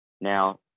Now